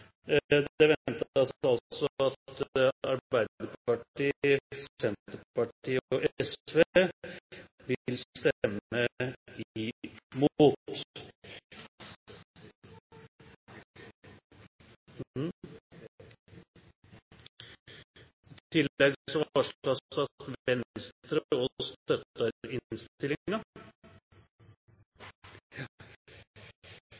innstillingen. Det ventes altså at Arbeiderpartiet, Senterpartiet og SV vil stemme imot. I tillegg varsles det at Venstre også støtter